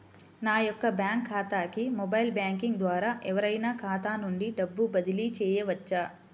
నా యొక్క బ్యాంక్ ఖాతాకి మొబైల్ బ్యాంకింగ్ ద్వారా ఎవరైనా ఖాతా నుండి డబ్బు బదిలీ చేయవచ్చా?